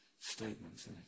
statements